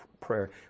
prayer